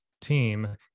team